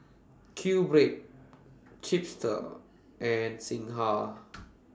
QBread Chipster and Singha